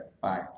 Bye